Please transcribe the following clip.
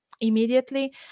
immediately